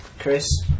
Chris